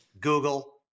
Google